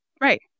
Right